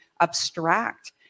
abstract